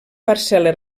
parcel·la